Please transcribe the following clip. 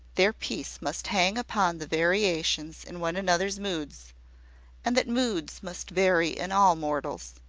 their peace must hang upon the variations in one another's moods and that moods must vary in all mortals.